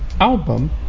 album